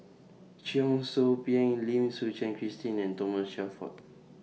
Cheong Soo Pieng Lim Suchen Christine and Thomas Shelford